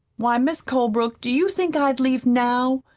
why, mis' colebrook, do you think i'd leave now,